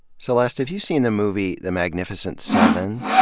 celeste, have you seen the movie, the magnif icent seven?